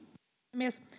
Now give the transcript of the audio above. puhemies